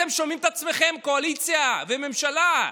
אתם שומעים את עצמכם, קואליציה וממשלה?